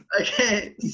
okay